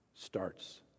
starts